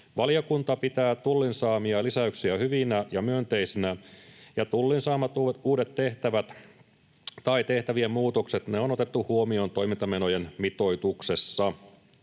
Valiokunta pitää Tullin saamia lisäyksiä hyvinä ja myönteisinä. Tullin saamat uudet tehtävät tai tehtävien muutokset on otettu huomioon toimintamenojen mitoituksessa.